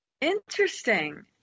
Interesting